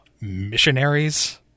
missionaries